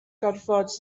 gorfod